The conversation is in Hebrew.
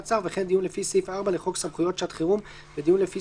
המשפט ושמירה על הוראות הבריאות בבתי